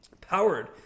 Powered